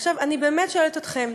עכשיו, אני באמת שואלת אתכם: